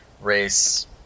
race